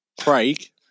Craig